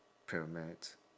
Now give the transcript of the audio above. pyramid